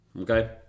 okay